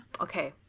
Okay